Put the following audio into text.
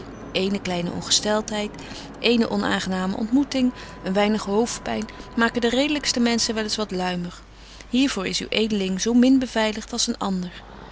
eene kleine ongesteltheid eene onaangename ontmoeting een weinig hoofdpyn maken de redelykste menschen wel eens wat luimig hier voor is uw edeling zo min beveiligt als een ander